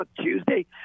Tuesday